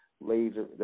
laser